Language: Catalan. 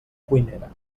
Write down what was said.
cuinera